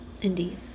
Indeed